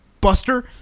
buster